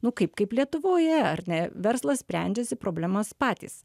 nu kaip kaip lietuvoje ar ne verslas sprendžiasi problemas patys